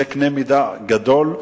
זה קנה מידה גדול.